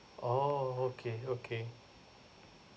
oh okay okay